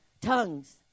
tongues